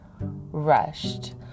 rushed